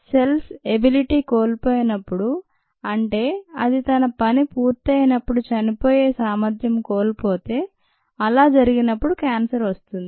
cells ability కోల్పోయినప్పుడు అంటే అది తన పని పూర్తయినప్పుడు చనిపోయే సామర్థ్యం కోల్పోతే అలా జరిగినప్పుడు క్యాన్సర్ వస్తుంది